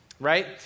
Right